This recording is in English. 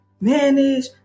manage